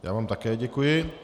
Já vám také děkuji.